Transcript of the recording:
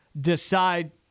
decide